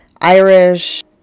Irish